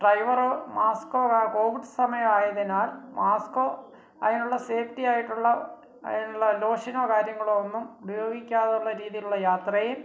ഡ്രൈവറോ മാസ്കോ കോവിഡ് സമയമായതിനാൽ മാസ്കോ അതിനുള്ള സേഫ്റ്റി ആയിട്ടുള്ള അതിനുള്ള ലോഷനോ കാര്യങ്ങളോ ഒന്നും ഉപയോഗിക്കാതുള്ള രീതിയിലുള്ള യാത്രയും